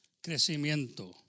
crecimiento